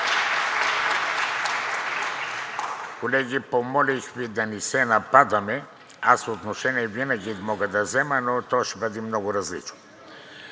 Колеги, помолих Ви да не се нападаме. Аз отношение винаги мога да взема, но то ще бъде много различно.